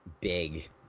big